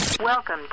Welcome